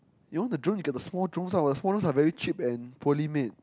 you know the drones you get the small drones ah but the small ones are very cheap and poorly made